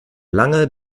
lange